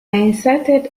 inserted